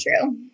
true